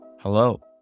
hello